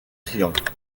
triangle